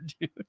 dude